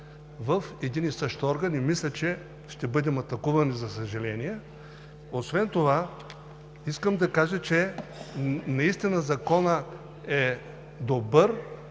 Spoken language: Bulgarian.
в един и същ орган, и мисля, че ще бъдем атакувани, за съжаление. Освен това искам да кажа, че наистина Законът е добър,